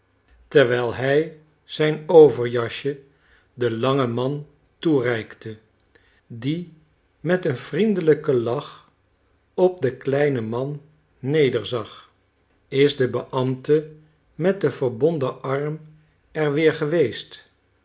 terwijl hij zijn overjasje den langen man toereikte die met een vriendelijken lach op den kleinen man nederzag is de beambte met den verbonden arm er weer geweest